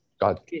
God